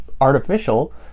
artificial